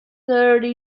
thirty